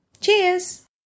Cheers